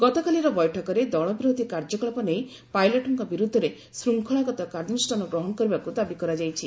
ଗତକାଲିର ବୈଠକରେ ଦଳବିରୋଧୀ କାର୍ଯ୍ୟକଳାପରେ ଲିପ୍ତଥିବା ସଦସ୍ୟଙ୍କ ବିରୁଦ୍ଧରେ ଶୃଙ୍ଖଳାଗତ କାର୍ଯ୍ୟାନୁଷ୍ଠାନ ଗ୍ରହଣ କରିବାକୁ ଦାବି କରାଯାଇଛି